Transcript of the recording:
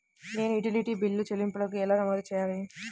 నేను utility bill చెల్లింపులను ఎలా నమోదు చేయాలి?